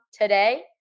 today